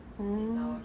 oh